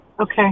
Okay